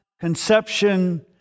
Conception